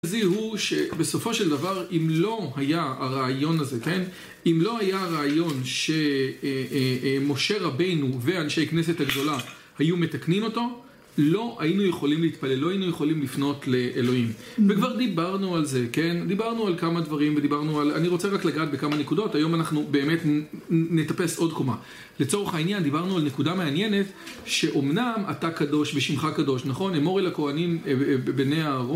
זהו שבסופו של דבר, אם לא היה הרעיון הזה כן? אם לא היה הרעיון ש- אה אה משה רבנו ואנשי כנסת הגדולה היו מתקנים אותו, לא היינו יכולים להתפלל, לא היינו יכולים לפנות לאלוהים. וכבר דיברנו על זה, כן? דיברנו על כמה דברים ודיברנו על, אני רוצה רק לגעת בכמה נקודות, היום אנחנו באמת נטפס עוד קומה. לצורך העניין דיברנו על נקודה מעניינת שאומנם אתה קדוש ושמך קדוש, נכון? אמור אל הכהנים אא בני אהרון